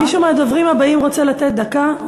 מישהו מהדוברים הבאים רוצה לתת דקה?